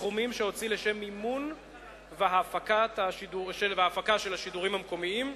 סכומים שהוציא לשם מימון ההפקה והשידור של שידורים מקומיים,